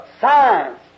science